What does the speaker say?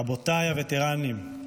רבותיי הווטרנים,